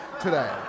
today